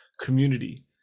community